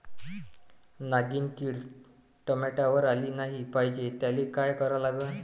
नागिन किड टमाट्यावर आली नाही पाहिजे त्याले काय करा लागन?